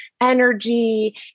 energy